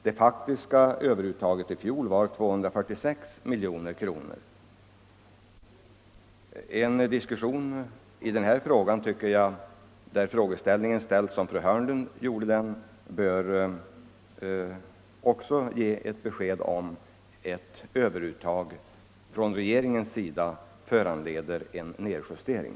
Det faktiska överuttaget i fjol var 246 milj.kr. En diskussion där frågan ställs på sätt som fru Hörnlund gjorde tycker jag bör ge ett besked om huruvida ett överuttag från regeringens sida föranleder en framtida nedjustering.